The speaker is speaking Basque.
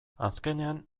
azkenean